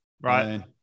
Right